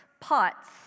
pots